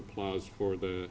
applause for the